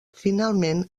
finalment